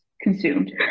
consumed